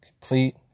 Complete